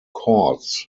chords